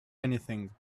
anything